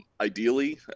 ideally